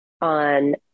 on